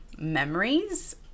memories